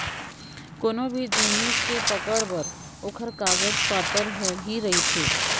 कोनो भी जिनिस के पकड़ बर ओखर कागज पातर ह ही रहिथे